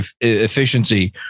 efficiency